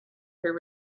her